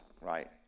right